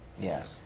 Yes